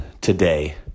today